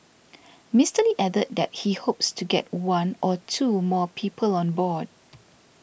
Mister added that he hopes to get one or two more people on board